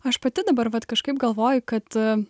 aš pati dabar vat kažkaip galvoju kad